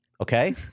Okay